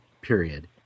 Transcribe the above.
period